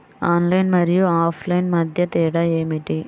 Online మరియు offline మధ్య తేడా ఏమిటీ?